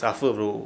suffer bro